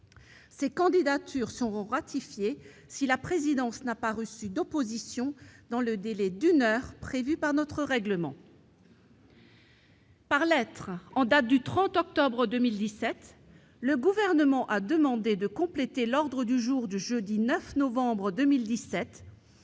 Ces candidatures seront ratifiées si la présidence n'a pas reçu d'opposition dans le délai d'une heure prévu par notre règlement. Par lettre en date du 30 octobre 2017, le Gouvernement a demandé de compléter l'ordre du jour du jeudi 9 novembre 2017